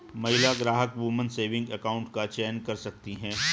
महिला ग्राहक woman saving account का चयन कर सकती है